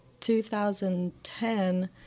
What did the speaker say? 2010